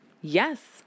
Yes